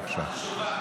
בבקשה.